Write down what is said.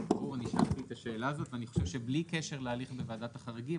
אני שאלתי את השאלה הזאת ואני חושב שבלי קשר להליך בוועדת החריגים,